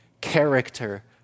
character